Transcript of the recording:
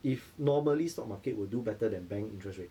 if normally stock market will do better than bank interest rate